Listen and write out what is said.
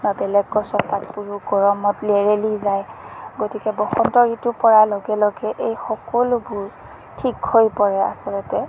বা বেলেগ গছৰ পাতবোৰো গৰমত লেৰেলী যায় গতিকে বসন্ত ঋতু পৰাৰ লগে লগে এই সকলোবোৰ ঠিক হৈ পৰে আচলতে